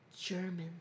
German